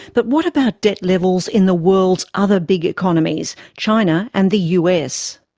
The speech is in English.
but what about debt levels in the world's other big economies china and the us?